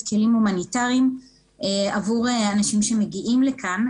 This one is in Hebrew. כלים הומניטאריים עבור האנשים שמגיעים לכאן.